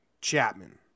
Chapman